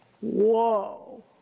Whoa